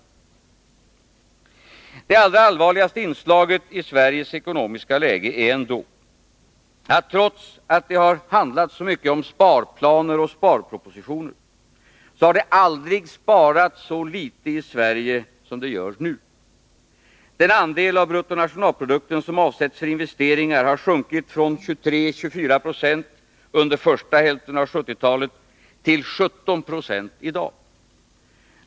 Men det allra allvarligaste inslaget i Sveriges ekonomiska läge är ändå, att trots att det har talats mycket om sparplaner och sparpropositioner, så har det aldrig sparats så litet i Sverige som nu. Den andel av bruttonationalprodukten som avsätts för investeringar har sjunkit från 23-24 96 under första hälften av 1970-talet till 17 26 i dag.